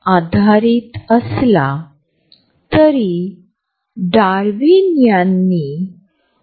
त्याचप्रमाणे उजव्या बाजूला कोपऱ्यातील छायाचित्रांमध्ये आपण या दोन लोकांमधील सहजता आणि अंतर पाहू शकतो